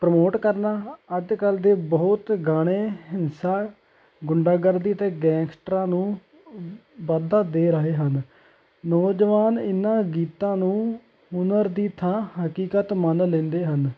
promote ਕਰਨਾ ਅੱਜ ਕੱਲ੍ਹ ਦੇ ਬਹੁਤ ਗਾਣੇ ਹਿੰਸਾ ਗੁੰਡਾਗਰਦੀ ਅਤੇ ਗੈਂਗਸਟਰਾਂ ਨੂੰ ਵਾਧਾ ਦੇ ਰਹੇ ਹਨ ਨੌਜਵਾਨ ਇਹਨਾਂ ਗੀਤਾਂ ਨੂੰ ਹੁਨਰ ਦੀ ਥਾਂ ਹਕੀਕਤ ਮੰਨ ਲੈਂਦੇ ਹਨ